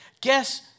Guess